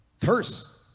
curse